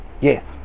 Yes